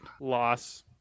Loss